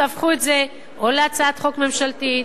תהפכו את זה להצעת חוק ממשלתית,